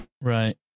right